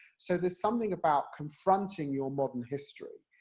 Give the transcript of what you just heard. so there's something about confronting your modern history,